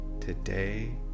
Today